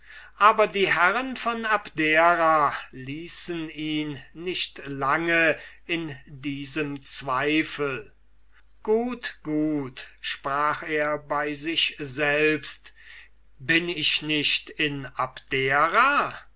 aber die herren von abdera ließen ihn nicht lange in zweifel gut gut sprach er bei sich selbst bin ich nicht in abdera